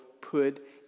put